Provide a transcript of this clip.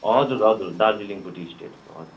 हजुर हजुर दार्जिलिङको टी स्टेट हजुर